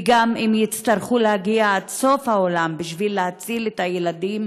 וגם אם יצטרכו להגיע עד סוף העולם בשביל להציל את הילדים